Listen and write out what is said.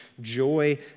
joy